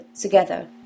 together